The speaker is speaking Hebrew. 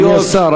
אדוני השר,